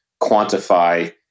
quantify